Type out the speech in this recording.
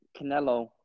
Canelo